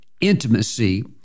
intimacy